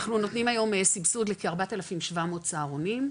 אנחנו נותנים היום סבסוד לכ- 4,700 צהרונים,